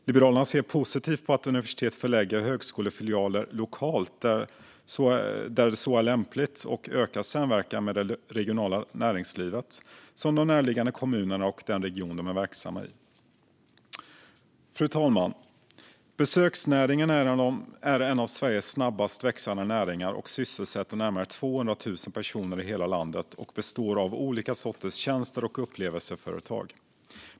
Liberalerna ser positivt på att universitet förlägger högskolefilialer lokalt där så är lämpligt och ökar samverkan med det regionala näringslivet, som de närliggande kommunerna och den region de är verksamma i. Fru talman! Besöksnäringen är en av Sveriges snabbast växande näringar. Den sysselsätter närmare 200 000 personer i hela landet och består av olika sorters tjänste och upplevelseföretag.